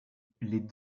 les